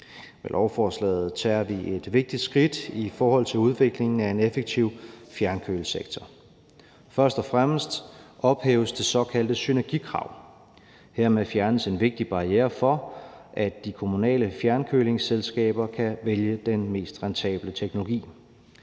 Med lovforslaget tager vi et vigtigt skridt i forhold til udviklingen af en effektiv fjernkølingssektor. Først og fremmest ophæves det såkaldte synergikrav. Dermed fjernes en vigtig barriere for, at de kommunale fjernkølingsselskaber kan vælge den mest rentable teknologi.